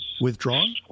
withdrawn